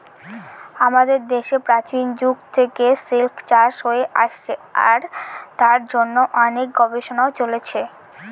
আমাদের দেশে প্রাচীন যুগ থেকে সিল্ক চাষ হয়ে আসছে আর তার জন্য অনেক গবেষণাও চলছে